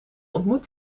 ontmoet